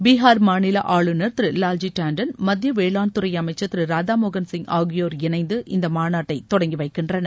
பீகார் மாநில ஆளுநர் திரு வால் ஜி டன்டன் மத்திய வேளாண்துறை அமைச்சர் திரு ராதாமோகள் சிய் ஆகியோர் இணைந்து இந்த மாநாட்டை தொடங்கி வைக்கின்றனர்